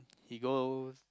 he goes